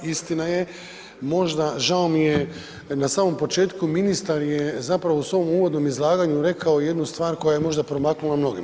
Istina je, možda, žao mi je, na samom početku ministar je zapravo u svom uvodnom izlaganju rekao jednu stvar koja je možda promaknula mnogima.